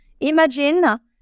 Imagine